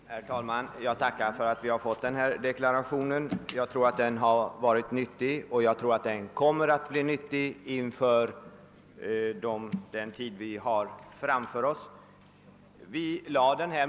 Herr talman! Jag tackar för att vi har fått denna deklaration av statsministern. Jag tror att den är och kommer att visa sig vara nyttig för framtiden.